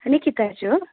निकित दाजु हो